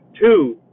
Two